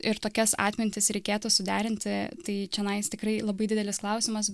ir tokias atmintis reikėtų suderinti tai čionais tikrai labai didelis klausimas